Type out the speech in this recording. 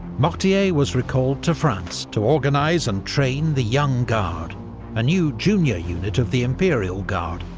mortier was recalled to france to organise and train the young guard a new, junior unit of the imperial guard,